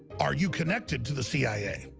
are you connected to the cia?